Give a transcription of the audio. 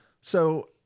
So-